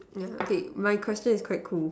yeah okay my question is quite cool